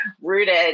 rooted